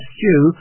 Stew